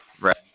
Right